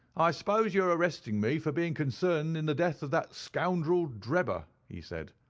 i suppose you are arresting me for being concerned in the death of that scoundrel drebber he said.